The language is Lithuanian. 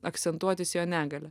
akcentuotis jo negalią